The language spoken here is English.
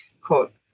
quote